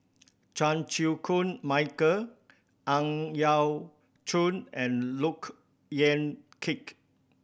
Chan Chew Koon Michael Ang Yau Choon and Look Yan Kit